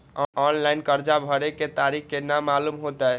Online कर्जा भरे के तारीख केना मालूम होते?